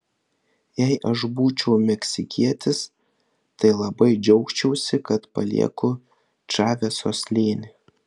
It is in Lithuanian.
jei aš būčiau meksikietis tai labai džiaugčiausi kad palieku čaveso slėnį